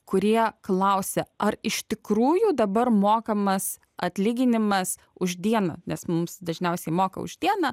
kurie klausia ar iš tikrųjų dabar mokamas atlyginimas už dieną nes mums dažniausiai moka už dieną